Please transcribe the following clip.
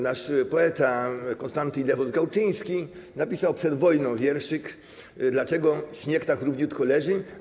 Nasz poeta Konstanty Ildefons Gałczyński napisał przed wojną wierszyk: Dlaczego śnieg tak równiutko leży?